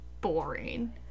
boring